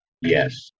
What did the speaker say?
Yes